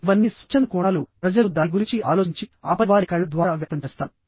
ఇవన్నీ స్వచ్ఛంద కోణాలు ప్రజలు దాని గురించి ఆలోచించి ఆపై వారి కళ్ళ ద్వారా వ్యక్తం చేస్తారు